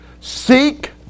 Seek